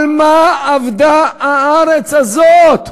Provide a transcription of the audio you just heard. על מה אבדה הארץ הזאת?